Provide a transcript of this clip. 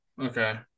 Okay